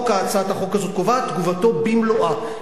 הצעת החוק הזאת קובעת: תגובתו במלואה,